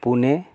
Pune